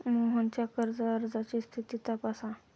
मोहनच्या कर्ज अर्जाची स्थिती तपासा